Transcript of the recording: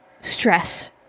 stress